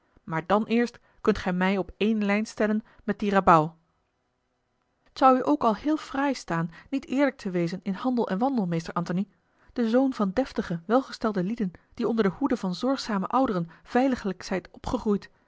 maar dan eerst kunt gij mij op ééne lijn stellen met dien rabauw t zou u ook al heel fraai staan niet eerlijk te wezen in handel en wandel meester antony de zoon van deftige welgestelde lieden die onder de hoede van zorgzame ouderen veiliglijk zijt opgegroeid